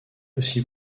aussi